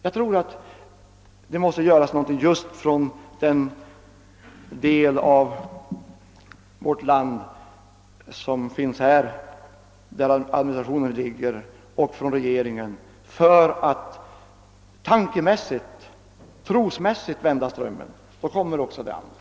Jag tror alltså att det måste göras någonting av just den del av landet där administrationen ligger och av regeringen för att man tankemässigt och trosmässigt skall kunna vända strömmen. Sedan kommer också det andra.